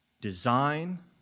design